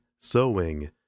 sewing